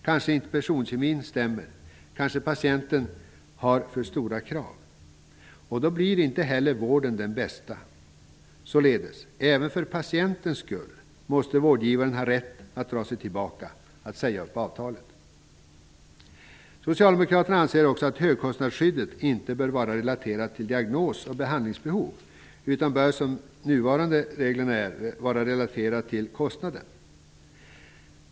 Kanske stämmer inte personkemin eller måhända har patienten för stora krav. Då blir vården inte den bästa. Även för patientens skull måste vårdgivaren således ha rätt att dra sig tillbaka och säga upp avtalet. Socialdemokraterna anser också att högkostnadsskyddet inte bör vara relaterat till diagnos och behandlingsbehov utan, som är fallet enligt de nuvarande reglerna, bör vara relaterat till kostnaden.